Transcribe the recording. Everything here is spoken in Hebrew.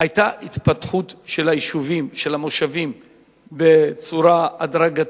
היתה התפתחות של היישובים ושל המושבים בצורה הדרגתית,